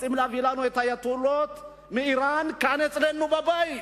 רוצים להביא לנו את האייטולות מאירן כאן אצלנו לבית.